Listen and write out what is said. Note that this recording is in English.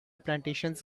plantations